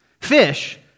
Fish